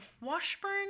Washburn